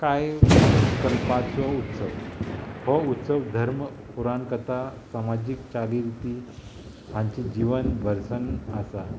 कांय कल्पाचो उत्सव हो उत्सव धर्म पुराणकथा समाजीक चाली रिती हांची जिवन भरसन आसा